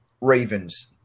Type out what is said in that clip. Ravens